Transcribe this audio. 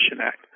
Act